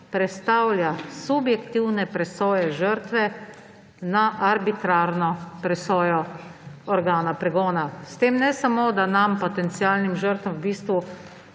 prestavlja s subjektivne presoje žrtve na arbitrarno presojo organa pregona. S tem ne samo, da nam potencialnim žrtvam v bistvu